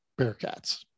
Bearcats